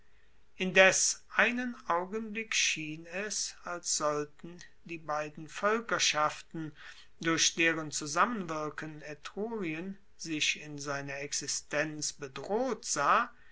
indes einen augenblick schien es als sollten die beiden voelkerschaften durch deren zusammenwirken etrurien sich in seiner existenz bedroht sah